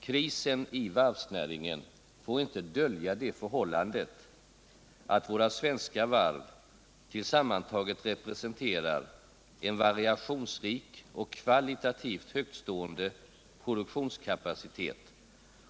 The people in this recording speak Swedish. Krisen i varvsnäringen får inte dölja det förhållandet att våra svenska varv sammantaget representerar en variationsrik och kvalitativt högtstående produktionskapacitet.